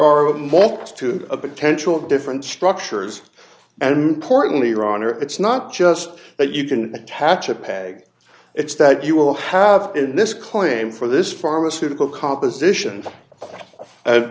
are a multitude of potential different structures and portly rahner it's not just that you can attach a pag it's that you will have in this claim for this pharmaceutical composition